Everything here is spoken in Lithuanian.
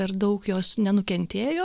per daug jos nenukentėjo